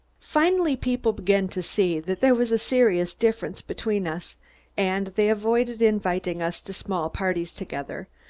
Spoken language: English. finally people began to see that there was a serious difference between us and they avoided inviting us to small parties together,